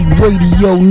radio